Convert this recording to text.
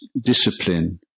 discipline